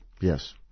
Yes